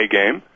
game